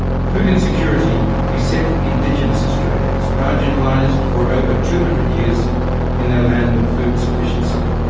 food insecurity beset indigenous australians marginalised for over two hundred years in their land of food sufficiency.